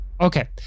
Okay